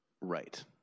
Right